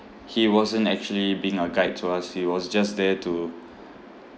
he wasn't actually being a guide to us he was just there to